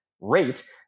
rate